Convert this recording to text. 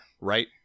right